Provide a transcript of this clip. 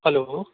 hello